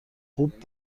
خوب